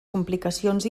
complicacions